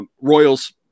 Royals